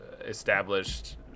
established